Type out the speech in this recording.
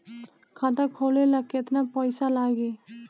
खाता खोले ला केतना पइसा लागी?